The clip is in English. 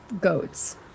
goats